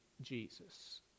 Jesus